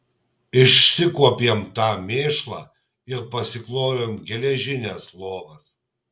išsikuopėm tą mėšlą ir pasiklojom geležines lovas